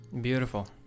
Beautiful